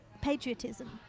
patriotism